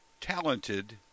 talented